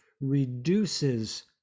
reduces